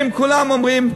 כולם אומרים בעד.